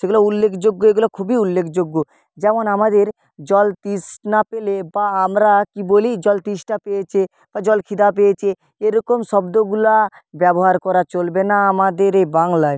সেগুলো উল্লেখযোগ্য এগুলো খুবই উল্লেখযোগ্য যেমন আমাদের জল তৃষ্ণা পেলে বা আমরা কি বলি জল তেষ্টা পেয়েছে বা জল খিদা পেয়েছে এরকম শব্দগুলো ব্যবহার করা চলবে না আমাদের এই বাংলায়